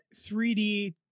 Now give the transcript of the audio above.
3d